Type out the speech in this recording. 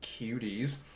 cuties